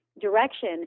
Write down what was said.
direction